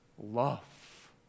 love